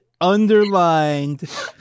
underlined